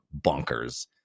bonkers